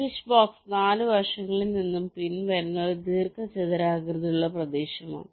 switch box 4 വശങ്ങളിൽ നിന്നും pin വരുന്ന ഒരു ദീർഘചതുരാകൃതിയിലുള്ള പ്രദേശമാണ്